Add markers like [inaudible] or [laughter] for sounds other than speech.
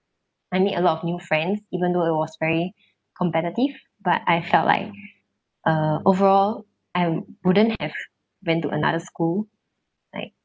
I made a lot of new friends even though it was very [breath] competitive but I felt like [breath] uh overall I wouldn't have went to another school like